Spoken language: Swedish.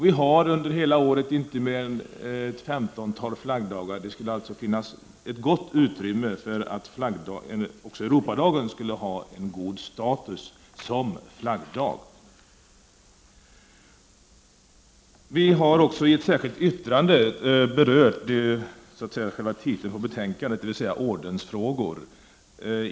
Vi har under hela året inte mer än ett femtontal flaggdagar, och det skulle finnas gott utrymme för att också ge Europadagen den status som en flaggdag ger. Vi är även i ett särskilt yttrande till betänkandet tagit upp de frågor som är titeln på betänkandet, dvs. ordensfrågor.